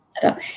setup